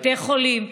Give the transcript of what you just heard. בתי חולים,